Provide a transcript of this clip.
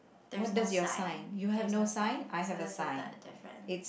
there's no sign there's no sign so that's the third difference